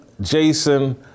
Jason